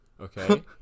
okay